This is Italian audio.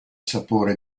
sapore